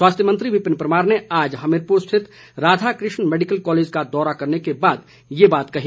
स्वास्थ्य मंत्री विपिन परमार ने आज हमीरपुर स्थित राधा कृष्ण मैडिकल कॉलेज का दौरा करने के बाद ये बात कही